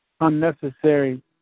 unnecessary